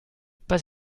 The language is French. pas